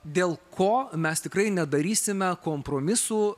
dėl ko mes tikrai nedarysime kompromisų